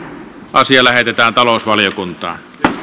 asia lähetetään talousvaliokuntaan